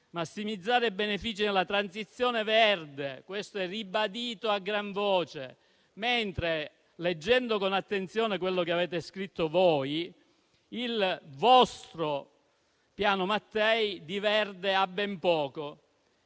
massimizzare i benefici della transizione verde (questo è ribadito a gran voce). Leggendo con attenzione quello che avete scritto voi, il vostro Piano Mattei di verde ha ben poco,